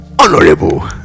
honorable